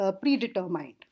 predetermined